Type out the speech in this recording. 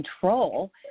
control